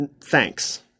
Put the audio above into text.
Thanks